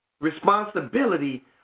responsibility